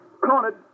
cornered